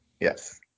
Yes